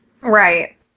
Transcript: Right